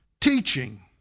teaching